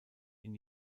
ihn